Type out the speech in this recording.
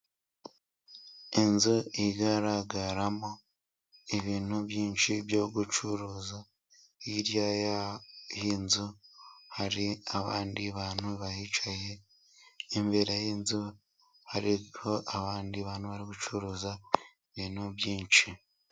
Inzu igaragaramo ibintu byinshi byo gucuruza, hirya y'inzu hari abandi bantu bahicaye .Imbere y'inzu hariho abandi bantu bari gucuruza ibintu byinshi.